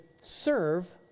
serve